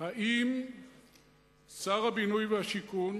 האם שר הבינוי והשיכון